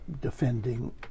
defending